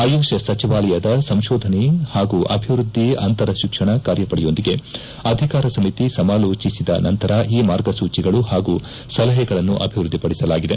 ಆಯುಷ್ ಸಚಿವಾಲಯದ ಸಂಶೋಧನೆ ಹಾಗೂ ಅಭಿವೃದ್ದಿ ಅಂತರತಿಕ್ಷಣ ಕಾರ್ಯಪಡೆಯೊಂದಿಗೆ ಅಧಿಕಾರ ಸಮಿತಿ ಸಮಾಲೋಚಿಸಿದ ನಂತರ ಈ ಮಾರ್ಗಸೂಚಿಗಳು ಹಾಗೂ ಸಲಹೆಗಳನ್ನು ಅಭಿವೃದ್ದಿ ಪಡಿಸಲಾಗಿದೆ